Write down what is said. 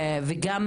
וגם